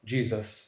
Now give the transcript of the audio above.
Jesus